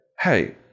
Hey